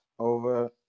over